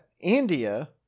India